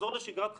לחזור לשגרת חייהם.